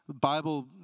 Bible